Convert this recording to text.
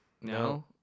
No